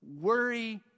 Worry